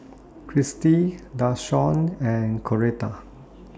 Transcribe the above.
Christi Dashawn and Coretta